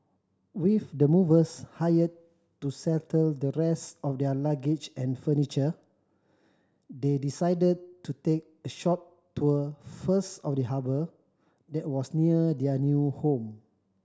with the movers hired to settle the rest of their luggage and furniture they decided to take a short tour first of the harbour that was near their new home